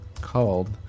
called